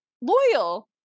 loyal